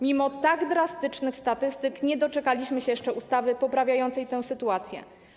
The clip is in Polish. Mimo tak drastycznych statystyk nie doczekaliśmy się jeszcze ustawy poprawiającej tę sytuację.